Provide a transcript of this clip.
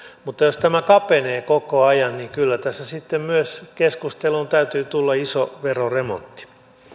mutta jos tämä kapenee koko ajan niin kyllä tässä sitten myös keskusteluun täytyy tulla iso veroremontti